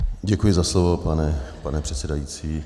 Děkuji za slovo, pane předsedající.